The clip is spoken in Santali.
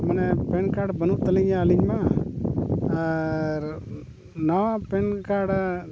ᱢᱟᱱᱮ ᱯᱮᱱ ᱠᱟᱨᱰ ᱵᱟᱹᱱᱩᱜ ᱛᱟᱹᱞᱤᱧᱟ ᱟᱹᱞᱤᱧᱢᱟ ᱟᱨ ᱱᱟᱣᱟ ᱯᱮᱱ ᱠᱟᱨᱰ